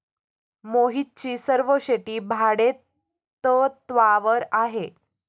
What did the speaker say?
मोहितची सर्व शेती भाडेतत्वावर आहे